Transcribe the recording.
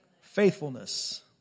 Faithfulness